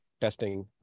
testing